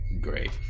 Great